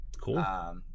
Cool